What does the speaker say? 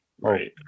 right